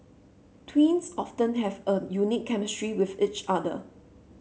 twins often have a unique chemistry with each other